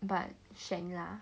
but shag lah